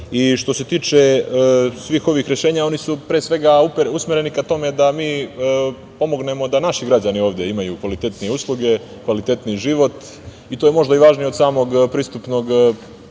se tiče svih ovih rešenja oni su pre svega usmereni ka tome da mi pomognemo da naši građani ovde imaju kvalitetnije usluge, kvalitetniji život i to je možda važnije i od samog pristupnog tog pregovaračkog